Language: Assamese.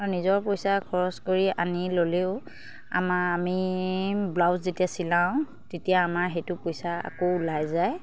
আৰু নিজৰ পইচা খৰচ কৰি আনি ল'লেও আমাৰ আমি ব্লাউজ যেতিয়া চিলাওঁ তেতিয়া আমাৰ সেইটো পইচা আকৌ ওলাই যায়